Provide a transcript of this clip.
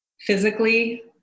Physically